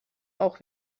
auch